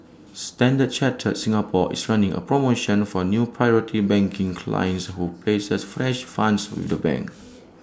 standard chartered Singapore is running A promotion for new priority banking clients who places fresh funds with the bank